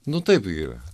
nu taip yra